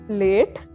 late